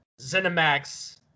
ZeniMax